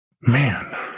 man